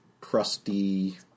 crusty